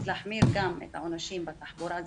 צריך להחמיר את העונשים גם בתחבורה,